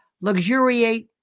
luxuriate